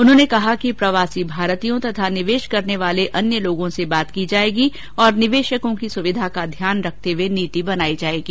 उन्होंने कहा कि प्रवासी भारतीयों तथा निवेश करने वाले अन्य लोगों से बात की जाएगी और निवेशकों की सुविधा आदि का ध्यान रखते हुए नीति बनाई जाएगी